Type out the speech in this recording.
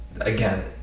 again